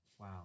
wow